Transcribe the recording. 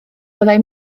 fyddai